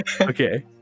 Okay